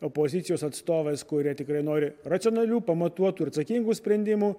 opozicijos atstovais kurie tikrai nori racionalių pamatuotų atsakingų sprendimų